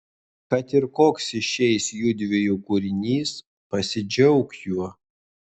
kad ir koks išeis judviejų kūrinys pasidžiauk juo